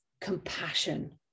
compassion